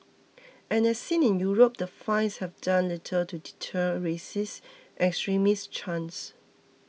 and as seen in Europe the fines have done little to deter racist and extremist chants